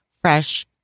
fresh